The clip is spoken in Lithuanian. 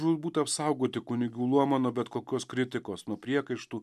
žūtbūt apsaugoti kunigų luomą nuo bet kokios kritikos nuo priekaištų